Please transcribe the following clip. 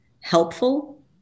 helpful